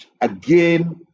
Again